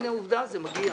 הנה, עובדה, זה מגיע.